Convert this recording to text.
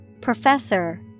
Professor